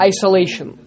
Isolation